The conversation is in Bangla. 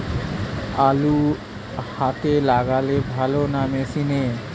আলু হাতে লাগালে ভালো না মেশিনে?